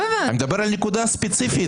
אני מדבר על נקודה ספציפית,